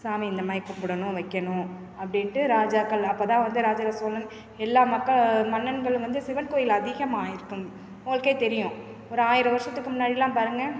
சாமி இந்தமாதிரி கும்பிடணும் வைக்கணும் அப்படின்ட்டு ராஜாக்கள் அப்போ தான் வந்து ராஜ ராஜ சோழன் எல்லாம் மக்க மன்னன்களும் வந்து சிவன் கோயில் அதிகமாகிருக்கும் உங்களுக்கே தெரியும் ஒரு ஆயிரம் வருடத்துக்கு முன்னாடிலாம் பாருங்கள்